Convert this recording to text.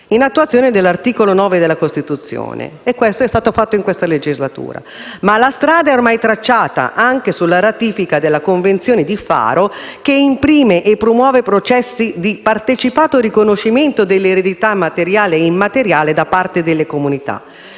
in attuazione dell'articolo 9 della Costituzione. E questo è stato fatto nella corrente legislatura. La strada è ormai tracciata anche dalla ratifica della Convenzione di Faro, che imprime e promuove processi di partecipato riconoscimento dell'eredità materiale e immateriale da parte delle comunità.